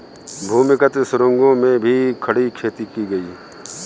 भूमिगत सुरंगों में भी खड़ी खेती की गई